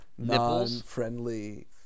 Non-friendly